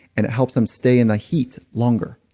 and it helps them stay in a heat longer.